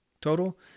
total